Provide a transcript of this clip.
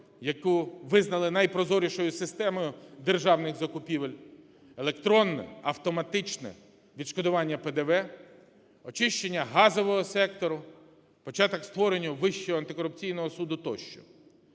яку визнали найпрозорішою системою державних закупівель. Електронне автоматичне відшкодування ПДВ, очищення газового сектору, початок створення Вищого антикорупційного суду тощо.